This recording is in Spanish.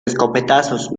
escopetazos